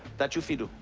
that your fiddle.